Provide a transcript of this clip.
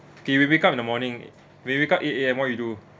okay we wake up in the morning we wake up eight A_M what you do